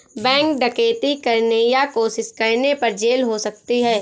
bank डकैती करने या कोशिश करने पर जेल हो सकती है